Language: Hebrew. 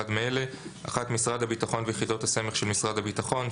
מאלה: משרד הביטחון ויחידות הסמך של משרד הביטחון,